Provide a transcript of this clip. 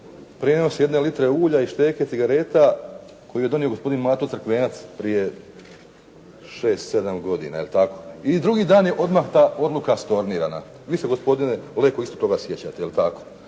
prijenos jedne litre ulja i šteke cigareta koju je donio gospodin Mato Crkvenac prije 6-7 godina jel' tako, i drugi dan je odmah ta odluka stornirana. Vi se gospodine Leko isto toga sjećate.